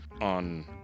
on